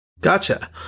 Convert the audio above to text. Gotcha